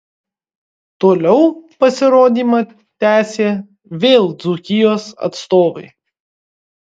toliau pasirodymą tęsė vėl dzūkijos atstovai